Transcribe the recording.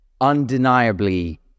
undeniably